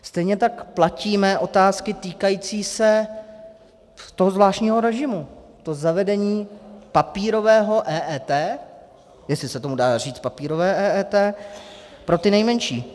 Stejně tak platí mé otázky týkající se toho zvláštního režimu, toho zavedení papírového EET, jestli se tomu dá říct papírové EET, pro ty nejmenší.